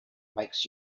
makes